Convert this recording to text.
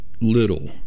little